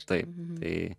taip tai